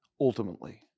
Ultimately